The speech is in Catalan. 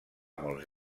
molts